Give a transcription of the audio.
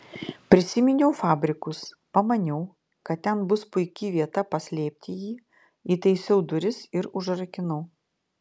prisiminiau fabrikus pamaniau kad ten bus puiki vieta paslėpti jį įtaisiau duris ir užrakinau